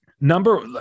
number